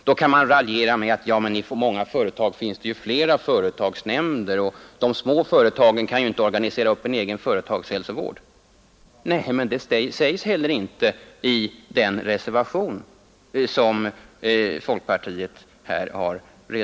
Man kan försöka raljera bort detta krav genom att framhålla att det på många företag finns flera företagsnämnder och att de små företagen ju inte kan organisera en egen företagshälsovård. Nej, men det sägs inte heller i den reservation som folkpartiet här har.